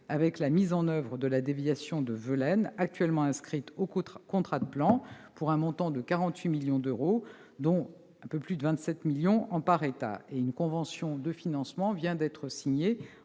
avec la mise en oeuvre de la déviation de Velaines, actuellement inscrite au contrat de plan pour un montant de 48 millions d'euros, dont un peu plus de 27 millions d'euros de l'État. Une convention de financement vient d'être signée